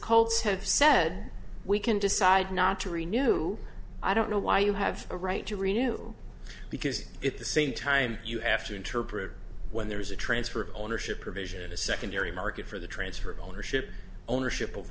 colts have said we can decide not to renew i don't know why you have a right to renu because at the same time you have to interpret when there is a transfer of ownership provision in the secondary market for the transfer of ownership ownership of